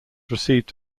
received